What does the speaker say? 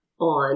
on